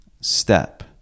step